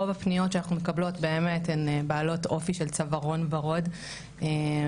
רוב הפניות שאנחנו מקבלות באמת הן בעלות אופי של צווארון וורוד והייתי